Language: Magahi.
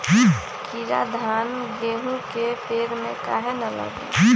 कीरा धान, गेहूं के पेड़ में काहे न लगे?